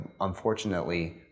unfortunately